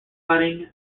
cutting